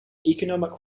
economic